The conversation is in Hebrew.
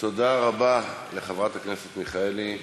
תודה רבה לחברת הכנסת מיכאלי,